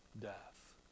death